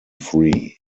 free